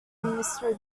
mystery